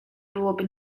byłoby